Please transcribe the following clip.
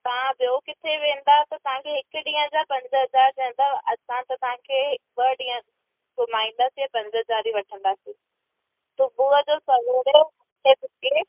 तव्हां ॿियो किथे बि वेंदा त तव्हांखे हिकु ॾींहुं जा पंज हज़ार पवंदव असां त तव्हांखे ॿ ॾींहं घुमाईंदासीं पंज हजार ई वठंदासीं